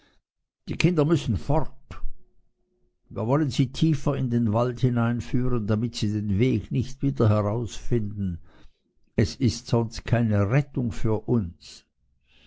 die kinder müssen fort wir wollen sie tiefer in den wald hineinführen damit sie den weg nicht wieder herausfinden es ist sonst keine rettung für uns